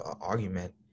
argument